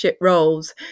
roles